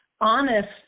honest